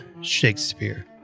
Shakespeare